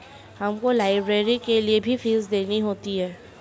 हमको लाइब्रेरी के लिए भी फीस देनी होती है